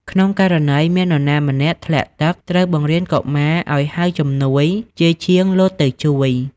ក្នុងករណីមាននរណាម្នាក់ ធ្លាក់ទឹក ត្រូវបង្រៀនកុមារឱ្យហៅជំនួយជាជាងលោតទៅជួយ។